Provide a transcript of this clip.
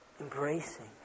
embracing